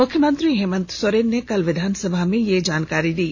मुख्यमंत्री हेमन्त सोरेन ने कल विधानसभा में यह जानकारी दी